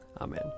Amen